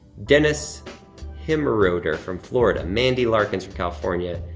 dennis himroder from florida, mandy larkins from california.